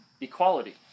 equality